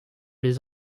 les